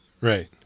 Right